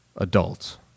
adults